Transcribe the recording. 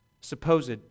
supposed